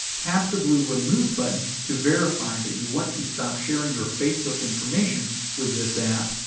tap the blue remove button to verify that you want to stop sharing your facebook information with this app.